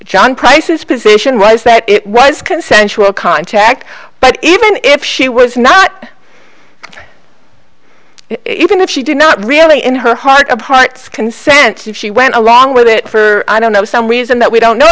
position was that it was consensual contact but even if she was not even if she did not really in her heart of hearts consent she went along with it for i don't know some reason that we don't know